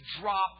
drop